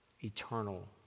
eternal